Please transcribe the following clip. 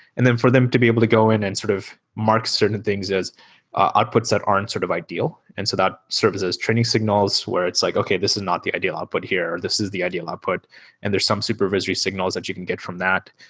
and then for them to be able to go in and sort of mark certain things as ah outputs that aren't sort of ideal, and so that services training signals where it's like, okay, this is not the ideal output here. this is the ideal output, and there's some supervisory signals that you can get from that.